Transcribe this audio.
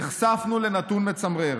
נחשפנו לנתון מצמרר: